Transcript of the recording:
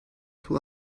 توی